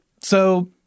So-